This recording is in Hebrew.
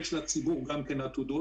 גם לציבור יש עתודות,